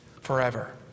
forever